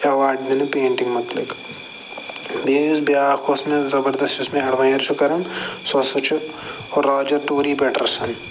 award دِنہٕ painting مُتعلِق بیٚیہِ یُس بیٛاکھ اوس مےٚ زبردس یُس مےٚ ایڈمایَر چھُ کران سُہ ہَسا چھُ راجَر ٹوٗری پیٚٹَرسَن